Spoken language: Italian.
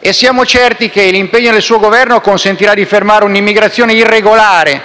E siamo certi che l'impegno del suo Governo consentirà di fermare un'immigrazione irregolare,